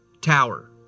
tower